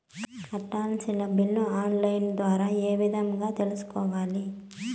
కట్టాల్సిన బిల్లులు online ద్వారా ఏ విధంగా తెలుసుకోవాలి?